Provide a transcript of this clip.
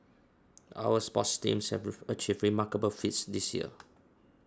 our sports teams have achieved remarkable feats this year